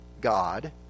God